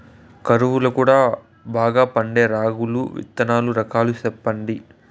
కరువు లో కూడా బాగా పండే రాగులు విత్తనాలు రకాలు చెప్పండి?